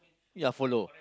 ya follow